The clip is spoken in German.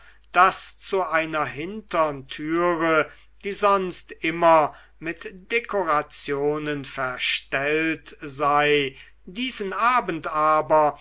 daß zu einer hintern türe die sonst immer mit dekorationen verstellt sei diesen abend aber